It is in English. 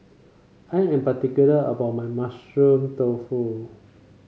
I am particular about my Mushroom Tofu